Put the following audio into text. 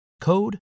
code